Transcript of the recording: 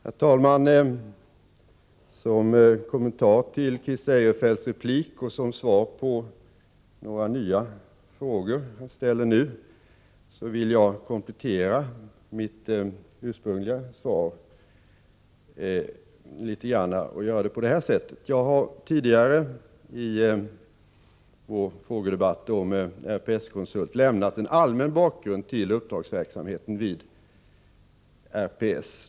Herr talman! Som kommentar till Christer Eirefelts replik och som svar på några nya frågor, som han ställde nu, vill jag komplettera mitt ursprungliga svar. Jag har tidigare i två frågedebatter om RPS-konsult lämnat en allmän bakgrund till uppdragsverksamheten vid rikspolisstyrelsen.